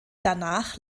danach